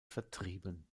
vertrieben